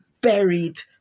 buried